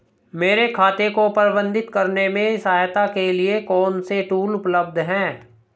मेरे खाते को प्रबंधित करने में सहायता के लिए कौन से टूल उपलब्ध हैं?